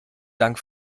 dank